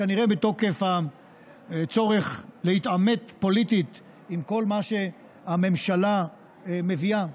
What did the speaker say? כנראה בתוקף הצורך להתעמת פוליטית עם כל מה שהממשלה מביאה,